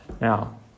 Now